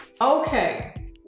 Okay